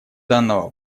данного